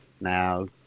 now